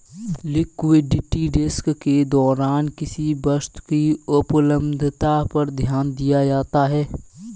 liquidity risk के दौरान किसी वस्तु की उपलब्धता पर ध्यान दिया जाता है